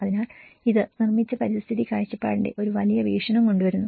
അതിനാൽ ഇത് നിർമ്മിച്ച പരിസ്ഥിതി കാഴ്ചപ്പാടിന്റെ ഒരു വലിയ വീക്ഷണം കൊണ്ടുവരുന്നു